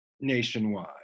nationwide